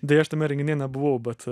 deja aš tame renginyje nebuvau bet